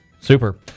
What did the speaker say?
Super